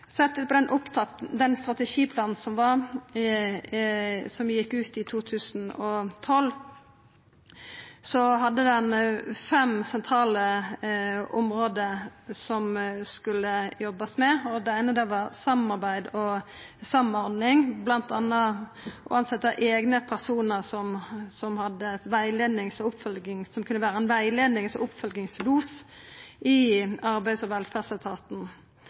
strategiplanen som gjekk ut i 2012. Den hadde fem sentrale område som ein skulle jobba med. Det eine var samarbeid og samordning, bl.a. å tilsetje eigne personar som kunne vera rettleiings- og oppfølgingslos i Arbeids- og velferdsetaten. Brukarmedverknad og sjølvhjelp var satsingsområde. Det var satsing på tiltak og